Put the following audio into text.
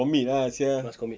must commit ah sia